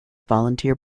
volunteer